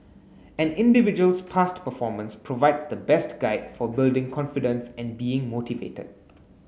an individual's past performance provides the best guide for building confidence and being motivated